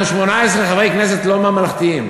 אנחנו 18 חברי כנסת לא ממלכתיים.